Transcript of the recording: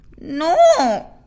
No